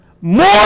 more